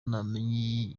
ntamenya